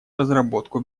разработку